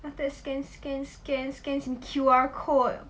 after that scan scan scan scan scan simi Q_R code